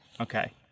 okay